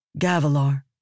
Gavilar